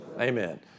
Amen